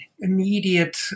immediate